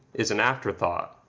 is an afterthought,